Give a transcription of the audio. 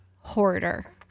hoarder